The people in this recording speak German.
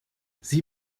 sie